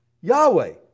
Yahweh